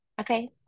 Okay